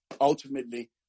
ultimately